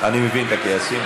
אני מבין את הכעסים.